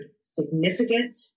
significant